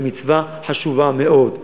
ומצווה חשובה מאוד,